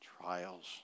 trials